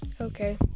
Okay